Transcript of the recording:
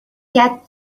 get